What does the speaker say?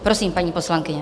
Prosím, paní poslankyně.